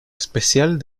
especial